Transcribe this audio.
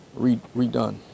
redone